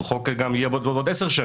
הוא יהיה גם בעשר השנים.